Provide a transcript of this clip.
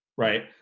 Right